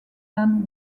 than